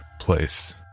place